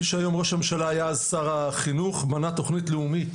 מי שהיום ראש ממשלה היה אז שר החינוך והוא בנה תכנית לאומית